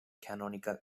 canonical